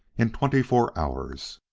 in twenty-four hours.